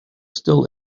still